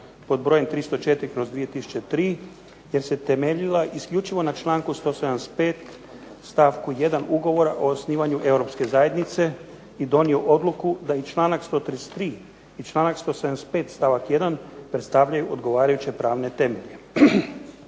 pod brojem 304/2003 jer se temeljila isključivo na članku 175. stavku 1. Ugovora o osnivanju Europske zajednice i donio odluku da i članak 133. i članak 175. stavak 1. predstavljaju odgovarajuće pravne temelje.